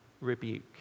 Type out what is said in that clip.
rebuke